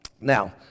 Now